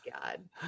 God